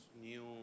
new